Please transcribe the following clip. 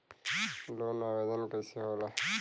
Loan आवेदन कैसे होला?